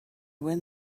when